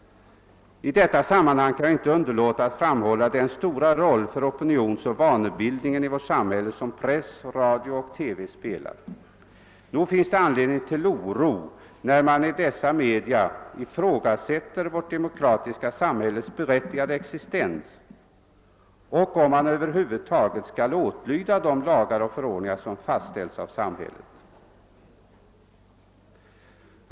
I detta sammanhang kan jag inte underlåta att framhålla den stora roll för opinionsoch vanebildningen i vårt samhälle som press, radio och TV spelar. Nog finns det anledning till oro när man i dessa media ifrågasätter vårt demokratiska samhälles berättigade existens och över huvud taget behovet av att åtlyda de lagar och förordningar som fastställs av samhället.